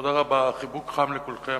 תודה רבה, חיבוק חם לכולם,